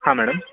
हा मॅडम